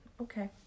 Okay